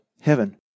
heaven